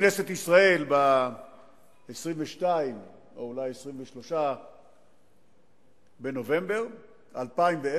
בכנסת ישראל ב-22 או אולי ב-23 בנובמבר 2010,